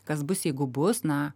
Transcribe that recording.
kas bus jeigu bus na